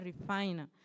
refiner